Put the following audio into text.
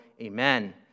amen